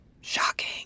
shocking